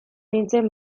nintzen